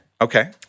Okay